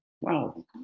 wow